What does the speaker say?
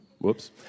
Whoops